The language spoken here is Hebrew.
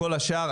כל השאר,